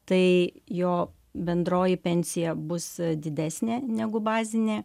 tai jo bendroji pensija bus didesnė negu bazinė